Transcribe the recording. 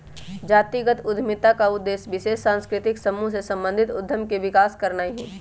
जातिगत उद्यमिता का उद्देश्य विशेष सांस्कृतिक समूह से संबंधित उद्यम के विकास करनाई हई